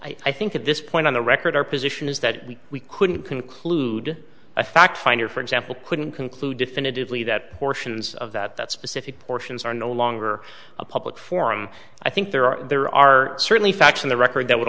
position i think at this point on the record our position is that we couldn't conclude a fact finder for example couldn't conclude definitively that portions of that specific portions are no longer a public forum i think there are there are certainly facts in the record that would